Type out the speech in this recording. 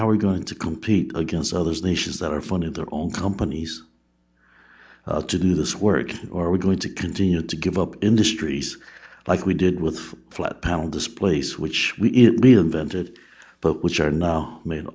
we're going to compete against others nations that are fun in their own companies to do this word or we're going to continue to give up industries like we did with flat panel displays which we it reinvented but which are now ma